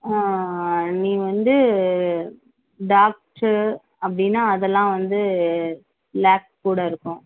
நீ வந்து டாக்டர் அப்படினா அதெல்லாம் வந்து லாக்ஸ் கூட இருக்கும்